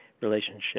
relationship